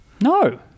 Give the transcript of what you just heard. No